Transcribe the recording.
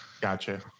gotcha